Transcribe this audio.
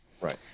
Right